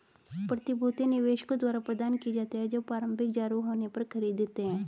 प्रतिभूतियां निवेशकों द्वारा प्रदान की जाती हैं जो प्रारंभिक जारी होने पर खरीदते हैं